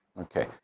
Okay